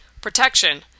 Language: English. Protection